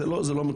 זה לא מקובל.